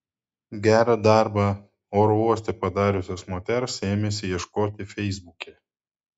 gerą darbą oro uoste padariusios moters ėmėsi ieškoti feisbuke